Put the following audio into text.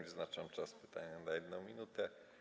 Wyznaczam czas pytania na 1 minutę.